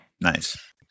Nice